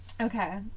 Okay